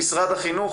אומר שמשרד החינוך